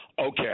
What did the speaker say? Okay